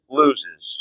loses